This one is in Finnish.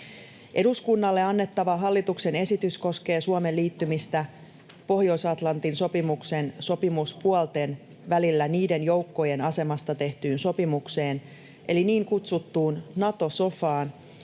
Eduskunnalle annettava hallituksen esitys koskee Suomen liittymistä Pohjois-Atlantin sopimuksen sopimuspuolten välillä niiden joukkojen asemasta tehtyyn sopimukseen, eli niin kutsuttuun Nato-sofaan,